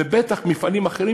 ובטח מפעלים אחרים,